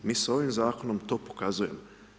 Mi s ovim zakonom to pokazujemo.